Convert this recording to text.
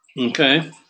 Okay